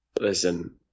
listen